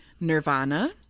Nirvana